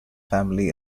family